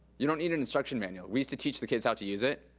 you don't need an instruction manual. we used to teach the kids how to use it.